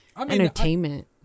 entertainment